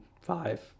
five